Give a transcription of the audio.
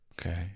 Okay